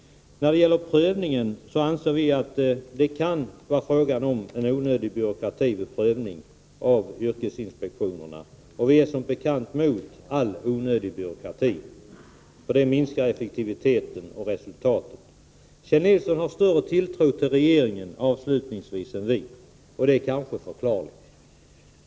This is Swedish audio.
När det gäller prövningen i yrkesinspektionsnämnderna av ersättningsvillkoren anser vi att det kan vara fråga om en onödig byråkrati. Vi är som bekant emot all onödig byråkrati, eftersom denna minskar effektiviteten. Avslutningsvis: Kjell Nilsson har större tilltro till regeringen än vi, och det är kanske förklarligt.